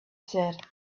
said